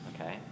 Okay